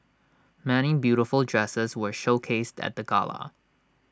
many beautiful dresses were showcased at the gala